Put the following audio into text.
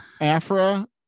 Afra